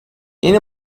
yeni